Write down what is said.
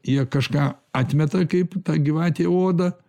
jie kažką atmeta kaip ta gyvatė odą